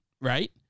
right